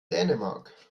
dänemark